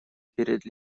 перед